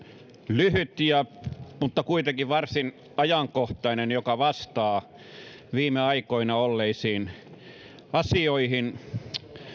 lyhyt mutta kuitenkin varsin ajankohtainen ja se vastaa viime aikoina esillä olleisiin asioihin